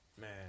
man